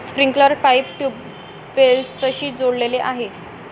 sprinkler pipe ट्यूबवेल्सशी जोडलेले आहे